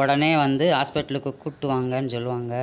உடனே வந்து ஹாஸ்பிட்டலுக்கு கூட்டு வாங்கன்னு சொல்வாங்க